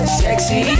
sexy